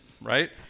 right